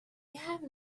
have